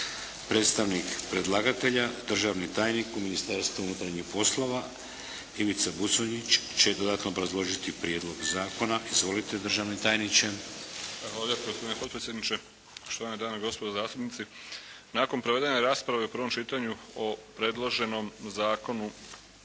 Predstavnik predlagatelja državni tajnik u Ministarstvu unutarnjih poslova Ivica Buconjić će dodatno obrazložiti prijedlog zakona. Izvolite, državni tajniče. **Buconjić, Ivica (HDZ)** Zahvaljujem. Gospodine potpredsjedniče, štovane dame i gospodo zastupnici. Nakon provedene rasprave u prvom čitanju o predloženom Zakonu